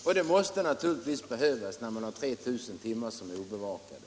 Och naturligtvis behövs det, när 3000 timmar är obevakade.